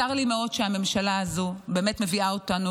צר לי מאוד שהממשלה הזו באמת מביאה אותנו